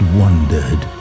wondered